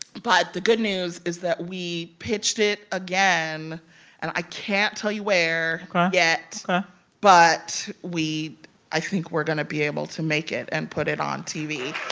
but the good news is that we pitched it again, and i can't tell you where yet ok but we i think we're going to be able to make it and put it on tv